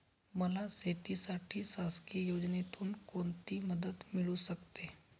मला शेतीसाठी शासकीय योजनेतून कोणतीमदत मिळू शकते?